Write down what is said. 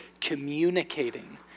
communicating